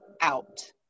out